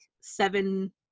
seven